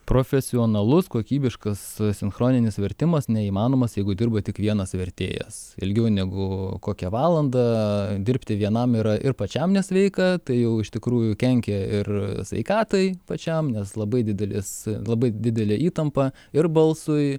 profesionalus kokybiškas sinchroninis vertimas neįmanomas jeigu dirba tik vienas vertėjas ilgiau negu kokią valandą dirbti vienam yra ir pačiam nesveika tai jau iš tikrųjų kenkia ir sveikatai pačiam nes labai didelis labai didelė įtampa ir balsui